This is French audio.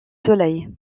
soleil